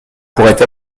pourraient